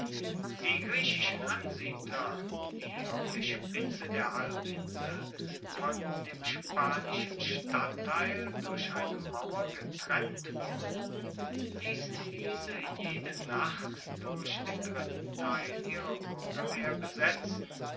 die griechischen ansiedler die auf der spitze der halbinsel von dem spanischen stadtteil durch eine mauer getrennt wohnten liessen diese jede nacht durch den dritten teil ihrer buergerwehr besetzen